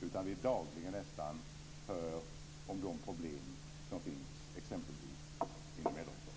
Vi hör nästan dagligen om problem som finns exempelvis inom äldreomsorgen.